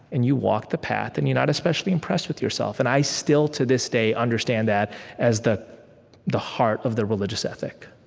and you walk the path, and you're not especially impressed with yourself. and i still, to this day, understand that as the the heart of the religious ethic